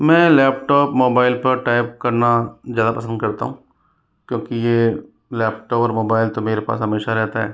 मैं laptop mobile पर type करना ज़्यादा पसंद करता हूँ क्योंकि यह लैपटॉप और मोबाइल तो मेरे पास हमेशा रहता है